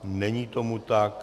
Není tomu tak.